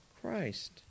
Christ